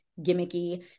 gimmicky